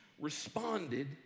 responded